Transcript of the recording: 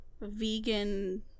vegan